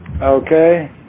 okay